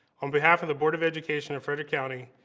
on behalf of the board of education of frederick county,